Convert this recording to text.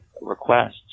requests